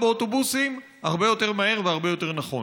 באוטובוסים הרבה יותר מהר והרבה יותר נכון.